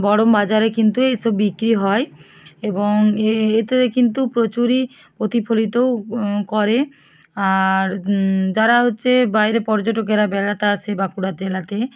বড়ম বাজারে কিন্তু এই সব বিক্রি হয় এবং এতে কিন্তু প্রচুরই প্রতিফলিতও করে আর যারা হচ্ছে বাইরে পর্যটকেরা বেড়াতে আসে বাঁকুড়া জেলাতে